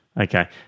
Okay